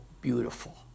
beautiful